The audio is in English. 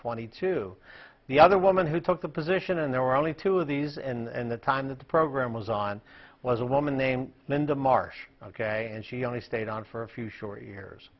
twenty two the other woman who took the position and there were only two of these and the time that the program was on was a woman named linda marsh ok and she only stayed on for a few short years